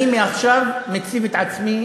אני מעכשיו מציב את עצמי